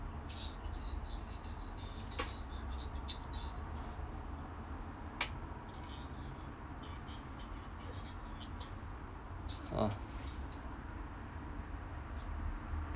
oh